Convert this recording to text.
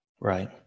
Right